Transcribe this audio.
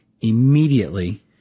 immediately